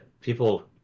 people